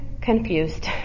confused